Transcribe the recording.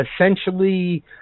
essentially